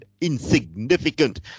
insignificant